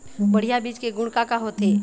बढ़िया बीज के गुण का का होथे?